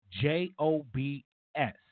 J-O-B-S